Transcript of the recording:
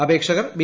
അപേക്ഷകർ ബി